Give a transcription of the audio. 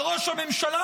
על ראש הממשלה,